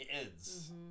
kids